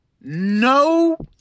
no